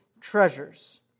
treasures